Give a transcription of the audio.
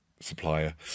supplier